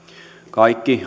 kaikki